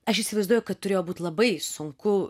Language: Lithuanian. aš įsivaizduoju kad turėjo būt labai sunku